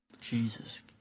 Jesus